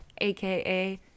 aka